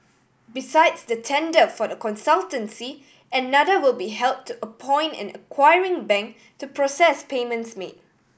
besides the tender for the consultancy another will be held to appoint an acquiring bank to process payments made